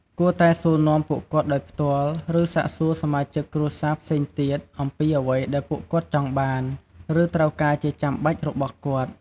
គួរតែសួរនាំពួកគាត់ដោយផ្ទាល់ ឬសាកសួរសមាជិកគ្រួសារផ្សេងទៀតអំពីអ្វីដែលពួកគាត់ចង់បាន ឬត្រូវការជាចាំបាច់របស់គាត់។